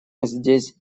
здесь